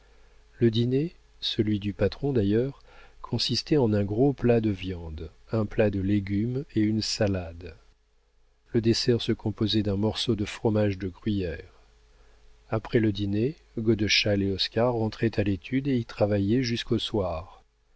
le dîner celui du patron d'ailleurs consistait en un gros plat de viande un plat de légumes et une salade le dessert se composait d'un morceau de fromage de gruyère après le dîner godeschal et oscar rentraient à l'étude et y travaillaient jusqu'au soir